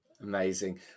Amazing